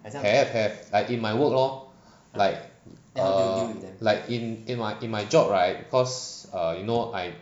have have like in my work lor like err in my in my job right cause you know I